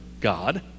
God